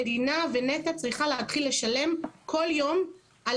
המדינה ונת"ע צריכה להתחיל לשלם כל יום על